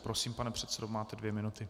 Prosím, pane předsedo, máte dvě minuty.